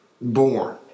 born